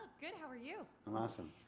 good. how are you? i'm awesome.